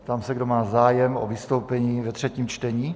Ptám se, kdo má zájem o vystoupení ve třetím čtení.